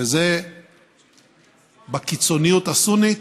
וזה בקיצוניות הסונית,